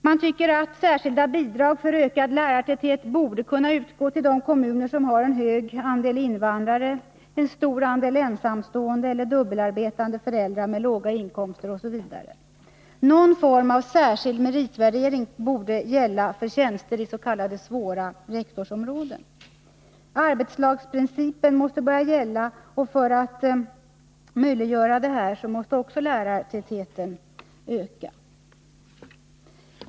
Man tycker att särskilda bidrag för ökad lärartäthet borde kunna utgå till de kommuner som har hög andel invandrare, stor andel ensamstående eller dubbelarbetande föräldrar med låga inkomster osv. Någon form av särskild meritvärdering borde gälla för tjänster i ”svåra” rektorsområden. Arbetslagsprincipen måste börja gälla, och för att möjliggöra detta måste också lärartätheten öka.